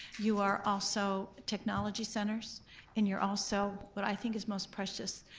you are also technology centers and you're also what i think is most precious,